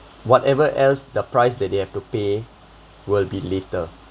whatever else the price that they have to pay will be later